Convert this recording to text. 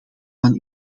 van